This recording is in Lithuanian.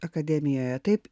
akademijoje taip